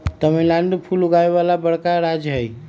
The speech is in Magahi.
तमिलनाडु फूल उगावे वाला बड़का राज्य हई